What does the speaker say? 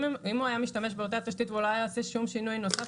אם הוא היה משתמש באותה תשתית והוא לא היה שום שינוי נוסף,